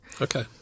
Okay